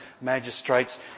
magistrates